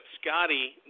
Scotty